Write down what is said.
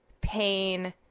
pain